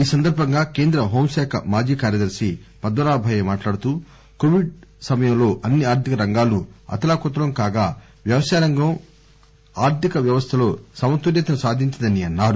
ఈ సందర్భంగా కేంద్ర హోం శాఖ మాజీ కార్యదర్ని పద్మ నాభయ్య మాట్లాడుతూ కోవిడ్ సమయంలో అన్ని ఆర్దిక రంగాలూ అతలా కుతలం కాగా వ్యవసాయం ఆర్దిక వ్యవస్దలో సమతుల్యతను సాధించిందని అన్నారు